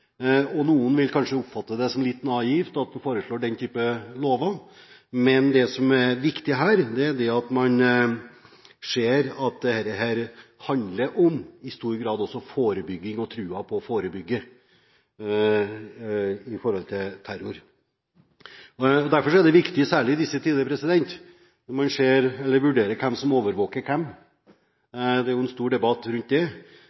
vanskelig. Noen vil kanskje oppfatte det som litt naivt at man foreslår den typen lover. Det som er viktig her, er at man ser at dette i stor grad handler om forebygging og troen på det å forebygge med hensyn til terror. Derfor er dette viktig, særlig i disse tider når man vurderer hvem som overvåker hvem. Det er en stor debatt rundt det.